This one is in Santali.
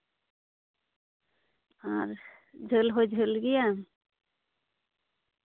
ᱟᱨ ᱡᱷᱟᱹᱞ ᱦᱚᱸ ᱡᱷᱟᱹᱞ ᱜᱮᱭᱟ